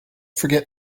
forget